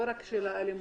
לא רק של האלימות.